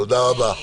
תודה רבה.